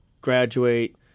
graduate